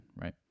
right